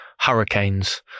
Hurricanes